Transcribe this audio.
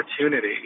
opportunity